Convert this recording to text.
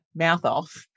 Mouthoff